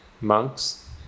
monks